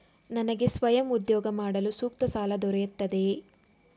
ನನಗೆ ಸ್ವಯಂ ಉದ್ಯೋಗ ಮಾಡಲು ಸೂಕ್ತ ಸಾಲ ದೊರೆಯುತ್ತದೆಯೇ?